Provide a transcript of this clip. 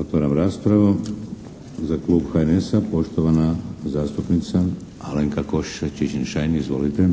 Otvaram raspravu. Za klub HNS-a poštovana zastupnica Alenka Košiša Čičin-Šain, izvolite.